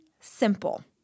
simple